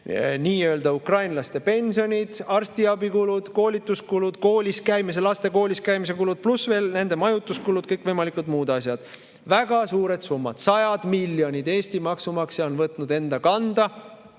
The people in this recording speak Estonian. nii-öelda ukrainlaste pensionid, arstiabikulud, koolituskulud, laste kooliskäimise kulud, pluss veel nende majutuskulud, kõikvõimalikud muud asjad. Väga suured summad, sajad miljonid on Eesti maksumaksja võtnud enda kanda,